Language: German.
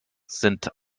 sind